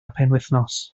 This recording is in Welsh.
penwythnos